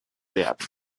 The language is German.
werden